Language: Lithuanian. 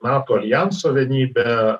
nato aljanso vienybę